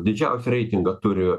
didžiausią reitingą turėjo